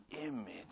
image